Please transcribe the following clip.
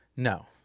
No